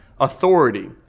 authority